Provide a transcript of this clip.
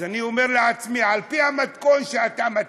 אני אומר לעצמי, על פי המתכון שאתה מציע,